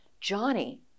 Johnny